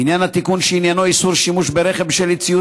בעניין התיקון שעניינו איסור שימוש ברכב בשל אי-ציות